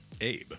Abe